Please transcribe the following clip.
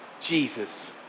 Jesus